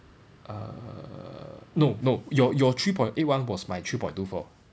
err no no your your three point eight one was my three point two four